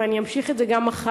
ואני אמשיך את זה גם מחר,